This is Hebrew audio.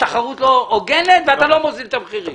התחרות לא הוגנת ואתה לא מוזיל את המחירים.